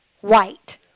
white